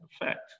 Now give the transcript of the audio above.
effect